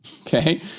Okay